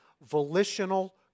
volitional